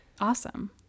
Awesome